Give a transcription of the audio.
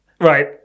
Right